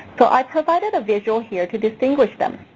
so i provided a visual here to distinguish them.